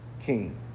King